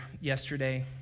yesterday